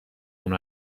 اونو